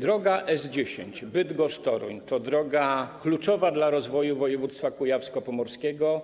Droga S10 Bydgoszcz - Toruń to droga kluczowa dla rozwoju województwa kujawsko-pomorskiego,